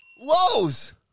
Lowe's